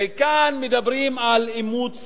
כאן מדברים על אימוץ